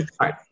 right